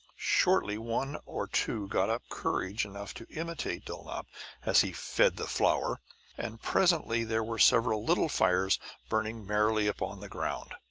shortly one or two got up courage enough to imitate dulnop as he fed the flower and presently there were several little fires burning merrily upon the ground.